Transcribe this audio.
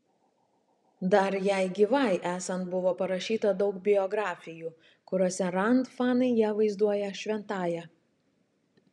dar jai gyvai esant buvo parašyta daug biografijų kuriose rand fanai ją vaizduoja šventąja